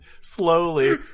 slowly